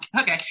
okay